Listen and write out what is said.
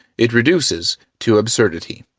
it reduces to absurdity.